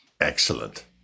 Excellent